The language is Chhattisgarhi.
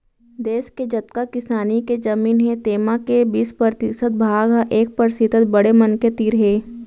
देस के जतका किसानी के जमीन हे तेमा के बीस परतिसत भाग ह एक परतिसत बड़े मनखे तीर हे